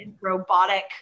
robotic